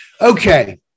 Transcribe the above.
okay